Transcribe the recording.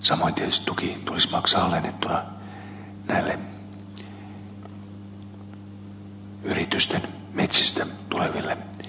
samoin tietysti tuki tulisi maksaa alennettuna näille yritysten metsistä tuleville energiapuille